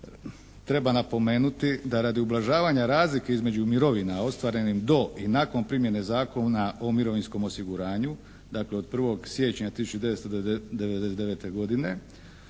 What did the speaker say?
treba napomenuti da radi ublažavanja razlike između mirovina ostvarenim do i nakon primjene Zakona o mirovinskom osiguranju, dakle od 1. siječnja 1999. godine